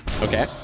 Okay